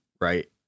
right